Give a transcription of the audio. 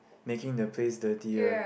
making the place dirtier